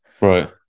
right